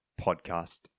Podcast